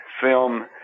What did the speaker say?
film